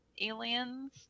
aliens